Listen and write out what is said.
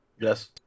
Yes